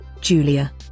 Julia